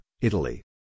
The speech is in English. Italy